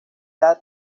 san